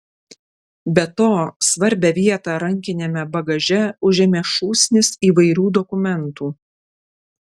be to svarbią vietą rankiniame bagaže užėmė šūsnis įvairių dokumentų